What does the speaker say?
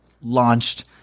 launched